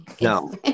no